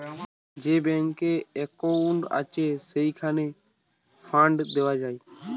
যে ব্যাংকে একউন্ট আছে, সেইখানে ফান্ড দেওয়া যায়